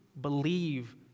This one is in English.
believe